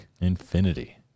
Infinity